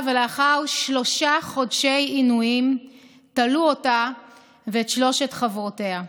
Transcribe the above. ולאחר שלושה חודשי עינויים תלו אותה ואת שלוש חברותיה.